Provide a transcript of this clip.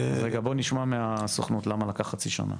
רגע, בוא נשמע מהסוכנות, למה לקח חצי שנה.